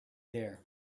there